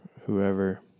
whoever